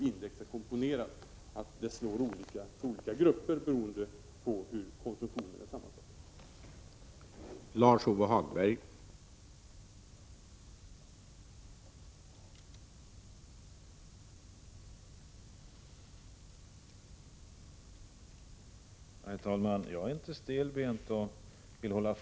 Indexet slår olika för olika grupper beroende på hur konsumtionen är sammansatt.